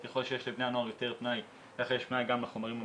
כי ככל שיש לבני הנוער יותר פנאי ככה יש פנאי גם לחומרים המסוכנים.